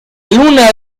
luna